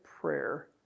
prayer